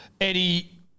Eddie